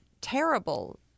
terrible